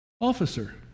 Officer